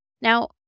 Now